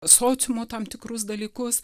sociumo tam tikrus dalykus